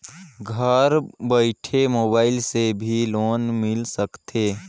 घर बइठे मोबाईल से भी लोन मिल सकथे का?